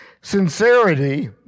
Sincerity